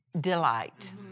delight